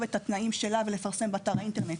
את התנאים שלה ולפרסם באתר האינטרנט,